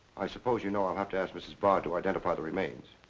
i suppose you know i'll have to ask mrs. bard to identify the remains.